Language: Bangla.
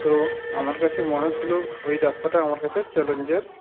তো আমার কাছে মনে হচ্ছিল ওই রাস্তাটা আমার কাছে চ্যালেঞ্জের